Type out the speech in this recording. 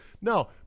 No